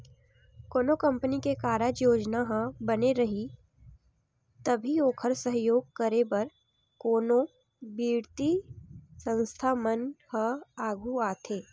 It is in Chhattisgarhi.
कोनो कंपनी के कारज योजना ह बने रइही तभी ओखर सहयोग करे बर कोनो बित्तीय संस्था मन ह आघू आथे